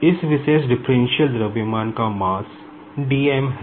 इस विशेष डिफरेंशियल द्रव्यमान का मास dm है